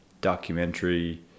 documentary